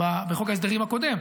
בחוק ההסדרים הקודם,